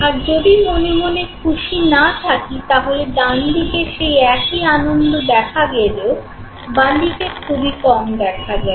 আর যদি মনে মনে খুশি না থাকি তাহলে ডান দিকে সেই একই আনন্দ দেখা গেলেও বাঁ দিকে খুবই কম দেখা যাবে